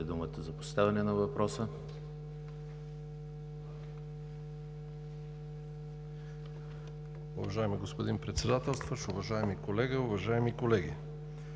думата за поставяне на въпроса.